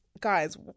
guys